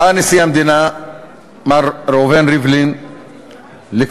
בא נשיא המדינה מר ראובן ריבלין לכפר-קאסם